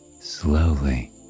Slowly